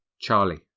Charlie